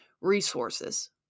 resources